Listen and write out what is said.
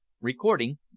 Recording